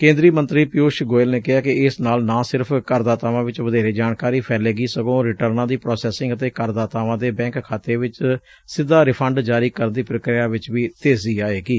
ਕੇਂਦਰੀ ਮੰਤਰੀ ਪਿਉਸ਼ ਗੋਇਲ ਨੇ ਕਿਹੈ ਕਿ ਇਸ ਨਾਲ ਨਾ ਸਿਰਫ਼ ਕਰਦਾਤਾਵਾਂ ਵਿਚ ਵਧੇਰੇ ਜਾਣਕਾਰੀ ਫੈਲੇਗੀ ਸਗੋਂ ਰਿਟਰਨਾਂ ਦੀ ਪ੍ਰਾਸੈਸਿੰਗ ਅਤੇ ਕਰਦਾਤਾਵਾਂ ਦੇ ਬੈਂਕ ਖਾਤੇ ਵਿਚ ਸਿੱਧਾ ਰਿਫੰਡ ਜਾਰੀ ਕਰਨ ਦੀ ਪ੍ਰੀਕ੍ਰਿਆ ਵਿਚ ਵੀ ਤੇਜ਼ੀ ਆਏਗੀ